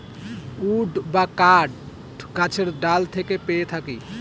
would বা কাঠ গাছের ডাল থেকে পেয়ে থাকি